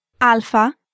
Alpha